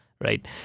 Right